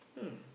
hmm